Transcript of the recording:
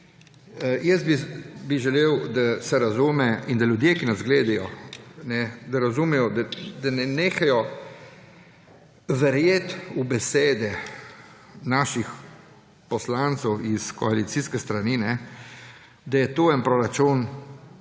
Jaz bi želel, da se razume in da ljudje, ki nas gledajo, da razumejo, da nehajo verjeti v besede naših poslancev s koalicijske strani, da je to en proračun,